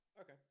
Okay